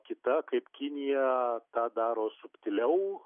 kita kaip kinija tą daro subtiliau